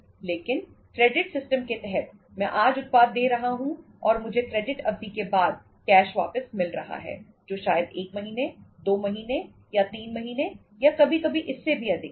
लेकिन credit system के तहत मैं आज उत्पाद दे रहा हूं और मुझे क्रेडिट अवधि के बाद कैश वापस मिल रहा है जो शायद 1 महीने 2 महीने या 3 महीने या कभी कभी इससे भी अधिक है